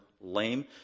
lame